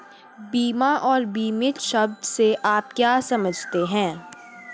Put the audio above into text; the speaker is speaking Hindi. बीमा और बीमित शब्द से आप क्या समझते हैं?